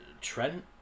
Trent